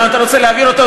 לאן אתה רוצה להעביר אותו?